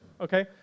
okay